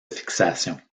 fixation